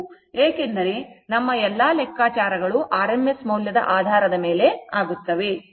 ಏಕೆಂದರೆ ನಮ್ಮ ಎಲ್ಲಾ ಲೆಕ್ಕಾಚಾರಗಳು rms ಮೌಲ್ಯದ ಆಧಾರದ ಮೇಲೆ ಆಗುತ್ತವೆ